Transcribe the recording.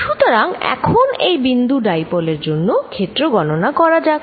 সুতরাং এখন এই বিন্দু ডাইপোল এর জন্যে ক্ষেত্র গণনা করা যাক